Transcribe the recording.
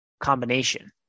combination